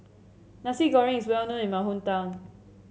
Nasi Goreng is well known in my hometown